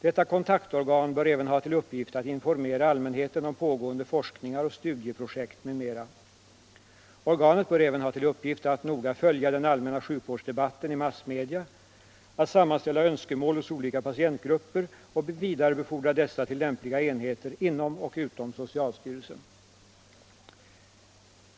Detta kontaktorgan bör även ha till uppgift att informera allmänheten om pågående forskningar och studieprojekt m.m. Organet bör också ha till uppgift att noga följa den allmänna sjukvårdsdebatten i massmedia, alt sammanställa önskemål från olika patientgrupper och vidarebefordra dessa till lämpliga enheter inom och utom socialstyrelsen.